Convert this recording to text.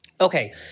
Okay